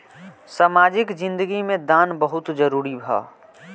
सामाजिक जिंदगी में दान बहुत जरूरी ह